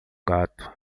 gato